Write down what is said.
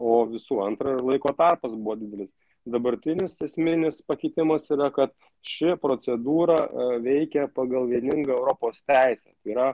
o visų antra ir laiko tarpas buvo didelis dabartinis esminis pakeitimas yra kad ši procedūra veikia pagal vieningą europos teisę tai yra